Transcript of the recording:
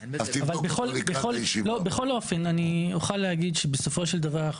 בכל אופן אני אוכל להגיד שבסופו של דבר אנחנו